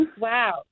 Wow